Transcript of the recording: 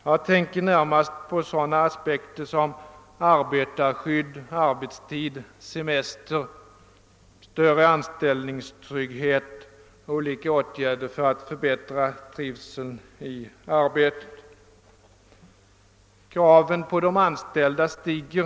Jag tänker närmast på arbetarskydd, arbetstid, semester, större anställningstrygghet och olika åtgärder för att förbättra trivseln i arbetet. Kraven på de anställda stiger.